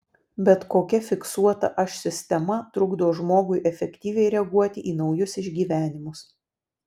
bet kokia fiksuota aš sistema trukdo žmogui efektyviai reaguoti į naujus išgyvenimus